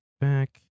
Back